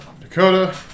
Dakota